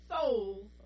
souls